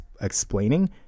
explaining